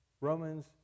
Romans